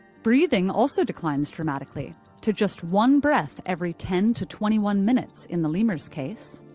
breathing also declines dramatically to just one breath every ten to twenty one minutes in the lemur's case.